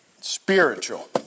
spiritual